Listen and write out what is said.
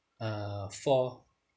uh for